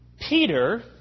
Peter